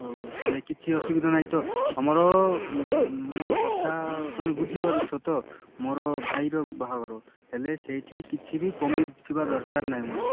ହଉ ହେଲେ କିଛି ଅସୁବିଧା ନାଇଁ ତ ଆମର ମୋ କଥା ତମେ ବୁଝି ପାରୁଛ ତ ମୋର ଭାଇର ବାହାଘର ହେଲେ ସେଇଠି କିଛିବି କମି ଥିବା ଦରକାର ନାହିଁ ମୋର